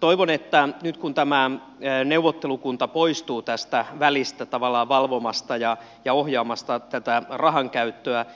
toivon että nyt kun tämä neuvottelukunta poistuu tästä välistä tavallaan valvomasta ja ohjaamasta tätä rahankäyttöä